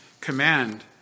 Command